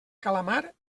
calamar